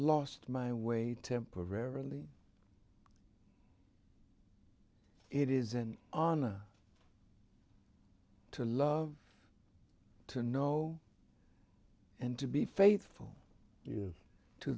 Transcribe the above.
lost my way temporarily it is an honor to love to know and to be faithful to